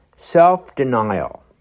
Self-denial